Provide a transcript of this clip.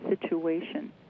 situation